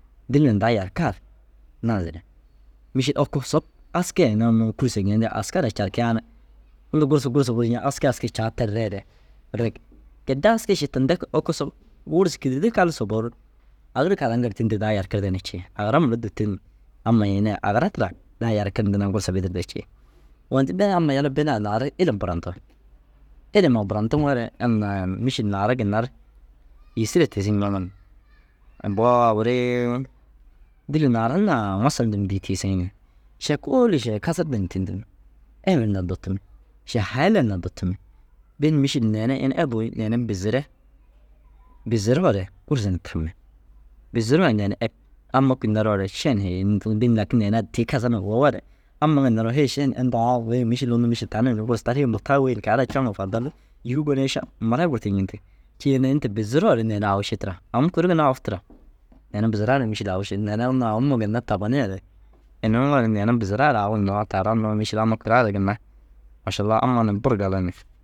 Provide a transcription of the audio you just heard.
Dîlli ni daa yarkaar, naazire mîšil oko sop aski ai ini ai kûrsa geentigaa aska ara karkigaa na unnu gursu gursu buru ñeŋ. Aski aski caa ter reere rig. Gedde aski ši tinda oko sop gursu kîdirde kal soboor agir kalan ru tîndir daa yarkirde na cii. Agira mura dûtur ni amma ini ai agira tira. Daa yarkir ni na gursa bidirde cii. yala binaa ru laadu ilim burantir. Ilima buran tiŋoore mîšil naara ginna ru yêsire tiisu ñeŋi ni. Boo awirii dîlli naaran na masal ndum dîi tiisig ni. Še kôoli še kasardi na tîndimmi, ebun na dutummi, še hayilan na dutummi. Bini mîšil neere ini ebuu geem bizire, biziroore gursa na tammi biziroo inda unnu eb. Amma kûi neroore šen hee ini huntuu bin lakin ini addii kasar numa wou woore, amma ŋa neroo hêi šen inta aa wêi mîšil unnu mîšil tani wên kaara caŋu fodal lu. Îyuu gon ya ša murai gurtir ñentig. Ciina inta biziroore neere au ši tira. Am kuri ginna au tira. Neere biziraare mîšil au ši neere unnu auma ginna tabaneere ini nuŋore neere biziraa ru au hinnoo taara unnu mîšil amma kuraare ginna mašalla amma ni buru gala ni.